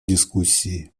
дискуссии